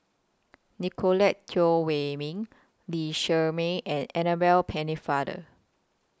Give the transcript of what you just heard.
Nicolette Teo Wei Min Lee Shermay and Annabel Pennefather